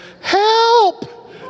Help